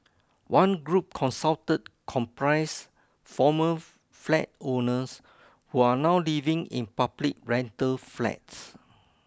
one group consulted comprise former flat owners who are now living in public rental flats